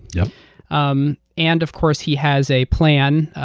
yeah um and of course, he has a plan.